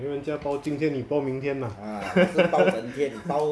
每人家包今天你包明天 ah